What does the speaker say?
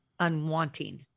unwanting